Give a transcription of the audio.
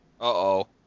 Uh-oh